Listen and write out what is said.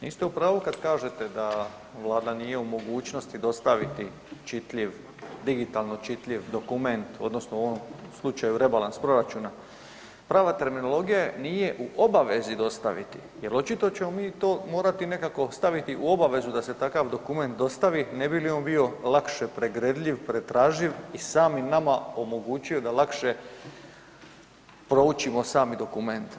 Niste u pravu kada kažete da Vlad nije u mogućnosti digitalno čitljiv dokument odnosno u ovom slučaju rebalans proračuna, prava terminologija nije u obavezi dostaviti jel očito ćemo mi to morati nekako staviti u obavezu da se takav dokument dostavi ne bi li on bio lakše pregledljiv, pretraživ i sam i nama omogućio da lakše proučimo sam dokument.